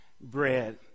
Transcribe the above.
bread